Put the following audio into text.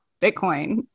bitcoin